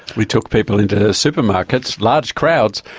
we took people into supermarkets, large crowds,